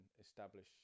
establish